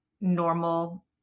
normal